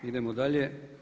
Idemo dalje.